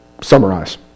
summarize